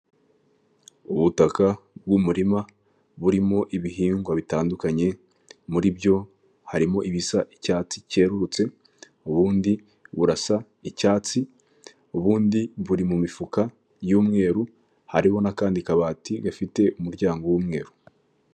Ubutaka bw'umurima burimo ibihingwa bitandukanye muri byo harimo ibisa icyatsi kerurutse ubundi burasa icyatsi ubundi buri mu mifuka y'umweru hariho n'akandi kabati gafite umuryango w'umweru.